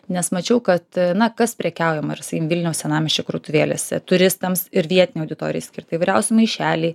nes mačiau kad na kas prekiaujama ir sakykim vilniaus senamiesčio krautuvėlėse turistams ir vietinei auditorijai skirta įvairiausi maišeliai